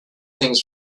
things